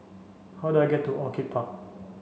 how do I get to Orchid Park